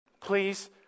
Please